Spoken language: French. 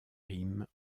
rimes